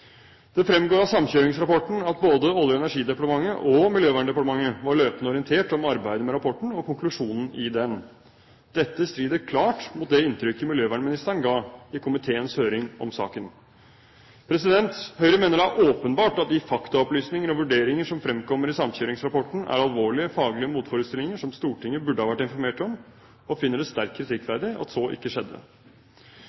Det fremgår av samkjøringsrapporten at både Olje- og energidepartementet og Miljøverndepartementet var løpende orientert om arbeidet med rapporten og konklusjonen i den. Dette strider klart mot det inntrykket miljøvernministeren ga i komiteens høring om saken. Høyre mener det er åpenbart at de faktaopplysninger og vurderinger som fremkommer i samkjøringsrapporten, er alvorlige, faglige motforestillinger som Stortinget burde ha vært informert om, og finner det